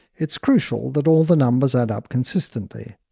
it's crucial that all the numbers add up consistently.